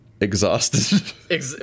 exhausted